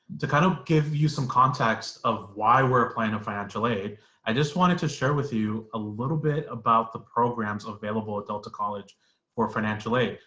to kind of give you some context of why we're applying to financial aid i just wanted to share with you a little bit about the programs available at delta college for financial aid.